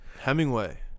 Hemingway